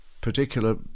particular